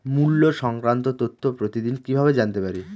মুল্য সংক্রান্ত তথ্য প্রতিদিন কিভাবে জানতে পারি?